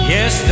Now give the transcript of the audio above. Yes